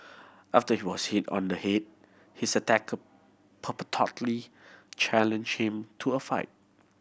after he was hit on the head his attacker purportedly challenged him to a fight